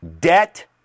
debt